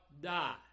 die